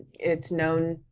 it's known,